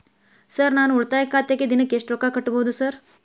Sir ನಾನು ಉಳಿತಾಯ ಖಾತೆಗೆ ದಿನಕ್ಕ ಎಷ್ಟು ರೊಕ್ಕಾ ಕಟ್ಟುಬಹುದು ಸರ್?